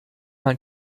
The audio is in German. man